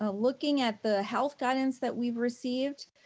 ah looking at the health guidance that we've received,